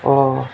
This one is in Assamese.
অ'